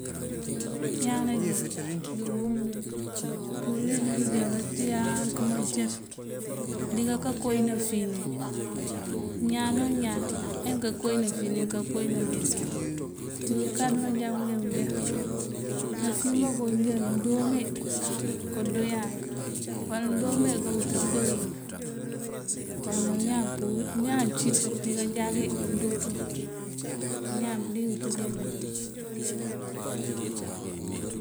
Ñaan najín ţí umundu wí purirëţ já cíyáa nëkëma nëcaţ díka ká kowí nafíin wí. Ñaan o ñaan enka kowí nafíin wí nëká kowí nales wí. Wël káaţí banjakú já bëjá nafíin bako nëjá doome kadoyáank wala ndoome kawëţ yink. Kon nak ñaan purirëţ ñaan cíţ nikanjáki dooţ waŋ bañaan bëliyëng tú ebëdoo wul.